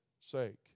sake